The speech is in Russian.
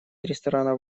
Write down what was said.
ресторанов